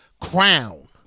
Crown